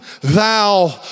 thou